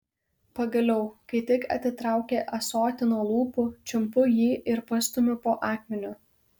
pagaliau kai tik atitraukia ąsotį nuo lūpų čiumpu jį ir pastumiu po akmeniu